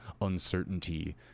uncertainty